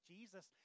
Jesus